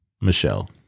Michelle